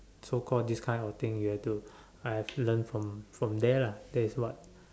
so called this kind of thing you have to I also learn from there lah that is what